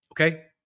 Okay